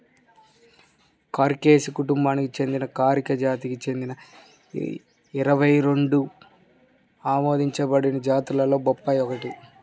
కారికేసి కుటుంబానికి చెందిన కారికా జాతికి చెందిన ఇరవై రెండు ఆమోదించబడిన జాతులలో బొప్పాయి ఒకటి